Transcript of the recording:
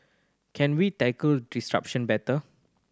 can we tackle disruption better